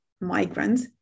migrants